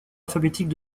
alphabétique